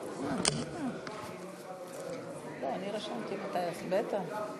אני מבינה את המצב-רוח הטוב שלך,